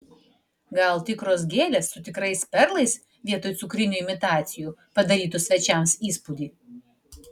gal tikros gėlės su tikrais perlais vietoj cukrinių imitacijų padarytų svečiams įspūdį